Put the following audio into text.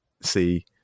see